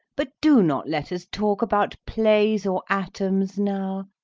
but do not let us talk about plays or atoms now.